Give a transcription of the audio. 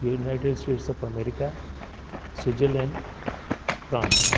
United States of America Switzerland France